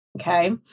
okay